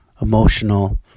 emotional